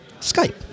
Skype